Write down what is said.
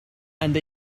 and